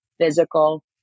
physical